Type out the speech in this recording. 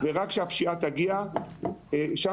ורק כשהפשיעה תגיע לשם,